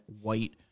white